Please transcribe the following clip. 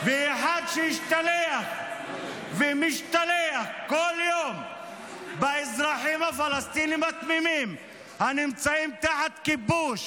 ואחד השתלח ומשתלח כל יום באזרחים הפלסטינים התמימים הנמצאים תחת כיבוש